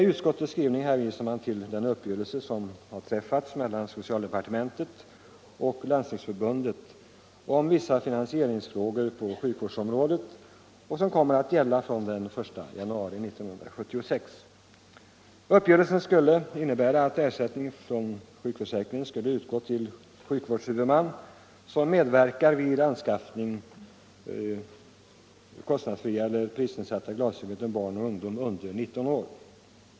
I utskottets skrivning hänvisas till den uppgörelse som har träffats mellan socialdepartementet och Landstingsförbundet om vissa finansieringsfrågor på sjukvårdsområdet och som kommer att gälla från den 1 januari 1976. Uppgörelsen innebär att ersättning från sjukförsäkringen kommer att utgå till sjukvårdshuvudman som medverkar vid anskaffning av kostnadsfria eller prisnedsatta glasögon för barn och ungdom under 19 år.